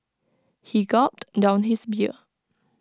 he gulped down his beer